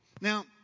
Now